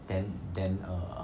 then then err